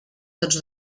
tots